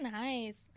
nice